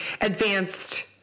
advanced